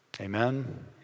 Amen